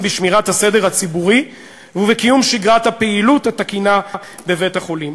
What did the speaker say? בשמירת הסדר הציבורי ובקיום שגרת הפעילות התקינה בבית-החולים.